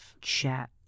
chat